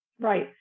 Right